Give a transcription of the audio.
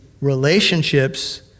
relationships